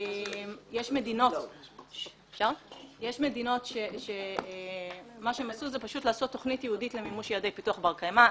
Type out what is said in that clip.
יש מדינות שעשו פשוט תוכנית ייעודית למימוש יעדי פיתוח בר קיימא.